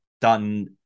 done